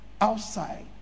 outside